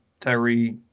Tyree